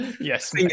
yes